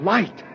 Light